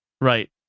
Right